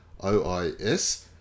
OIS